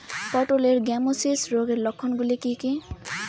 পটলের গ্যামোসিস রোগের লক্ষণগুলি কী কী?